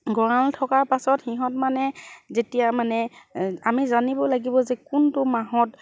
গঁৰাল থকাৰ পাছত সিহঁত মানে যেতিয়া মানে আমি জানিব লাগিব যে কোনটো মাহত